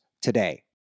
today